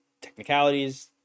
technicalities